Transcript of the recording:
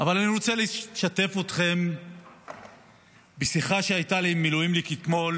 אבל אני רוצה לשתף אתכם בשיחה שהייתה לי עם מילואימניק אתמול,